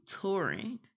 touring